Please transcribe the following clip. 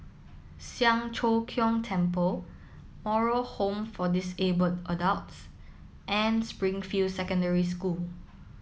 Siang Cho Keong Temple Moral Home for disabled adults and Springfield Secondary School